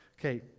Okay